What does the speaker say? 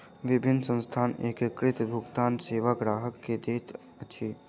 विभिन्न संस्थान एकीकृत भुगतान सेवा ग्राहक के दैत अछि